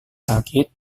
sakit